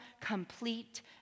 complete